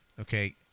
okay